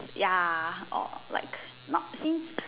ya or like not seems